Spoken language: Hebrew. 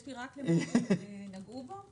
הערנו רק למה שנגעו בו.